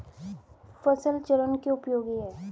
फसल चरण क्यों उपयोगी है?